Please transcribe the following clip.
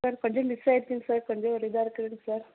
sir கொஞ்சம் miss ஆயிருச்சுங்க sir sir கொஞ்சம் ஒரு இதாக இருக்குதுங்க சார்